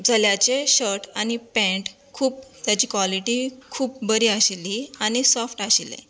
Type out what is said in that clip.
चल्याचे shirt आनी pant खूब ताची क्वॉलिटी खूब बरी आशिल्ली आनी सॉफ्ट आशिल्ली